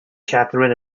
katherine